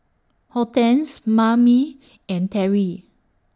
Hortense Mame and Terri